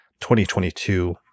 2022